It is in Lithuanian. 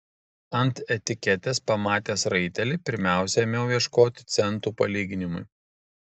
ant etiketės pamatęs raitelį pirmiausia ėmiau ieškoti centų palyginimui